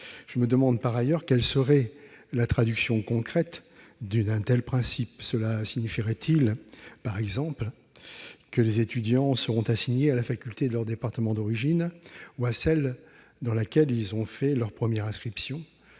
Je me demande par ailleurs quelle serait la traduction concrète d'un tel principe. Cela signifierait-il, par exemple, que les étudiants seront assignés à la faculté de leur département d'origine ou à celle dans laquelle ils ont fait leur première inscription ?